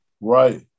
Right